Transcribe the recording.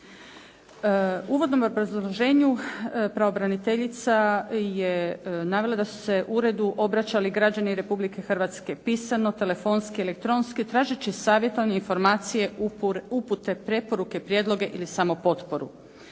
uvodnom obrazloženju pravobraniteljica je navela da su se uredu obraćali građani Republike Hrvatske pisano, telefonski, elektronski tražeći savjete i informacije, upute, preporuke, prijedloge ili samo potporu.